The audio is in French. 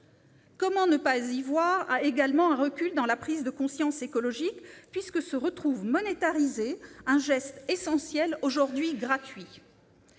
Comment ne pas y voir également un recul dans la prise de conscience écologique, puisque se retrouve « monétarisé » un geste essentiel, aujourd'hui gratuit.